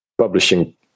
publishing